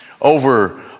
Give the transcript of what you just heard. over